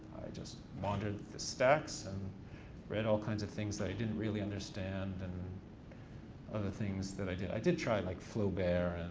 just wandered the stacks and read all kinds of things that i didn't really understand and other things that i did, i did try like flaubert,